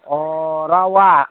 अ रावआ